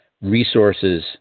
resources